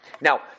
Now